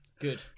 good